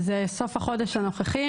זה סוף החודש הנוכחי.